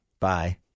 Bye